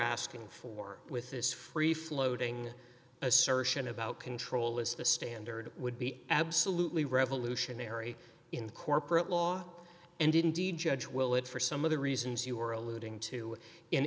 asking for with this free floating assertion about control is the standard would be absolutely revolutionary in the corporate law and indeed judge will it for some of the reasons you are alluding to in